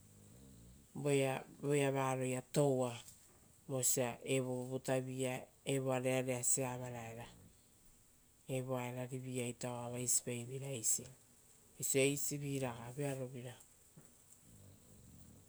Voea varoia toua. Vosa evo vutavi-ia evoa reareasia avaraera evo aerari vi-ia ita oa vaisipaiveira eisi.